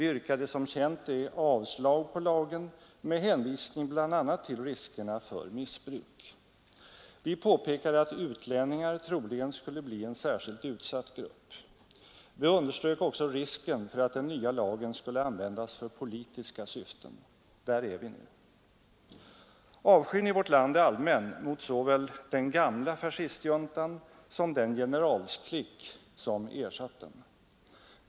Vi yrkade som känt är avslag på lagen med hänvisning bl.a. till ryktena för missbruk. Vi påpekade att utlänningar troligen skulle bli en särskilt utsatt grupp. Vi underströk också risken för att den nya lagen skulle användas för politiska syften. Där är vi nu. Avskyn i vårt land är allmän mot såväl den gamla fascistjuntan som den generalsklick som ersatt den.